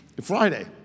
Friday